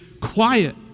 Quiet